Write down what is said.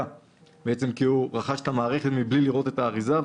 כי הוא רכש את המערכת מבלי לראות את האריזה?